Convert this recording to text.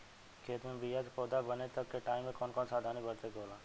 खेत मे बीया से पौधा बने तक के टाइम मे कौन कौन सावधानी बरते के होला?